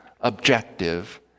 objective